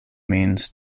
means